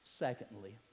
Secondly